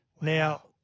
Now